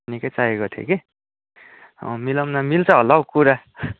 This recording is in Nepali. निकै चाहिएको थियो कि मिलाउँ न मिल्छ होला हौ कुरा